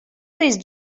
please